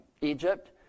Egypt